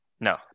No